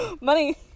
Money